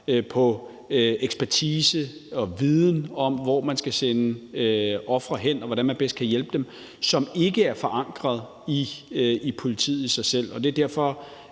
på ekspertise og viden om, hvor man skal sende ofre hen, og hvordan man bedst kan hjælpe dem, som ikke er forankret i politiet i sig selv. Det er derfor,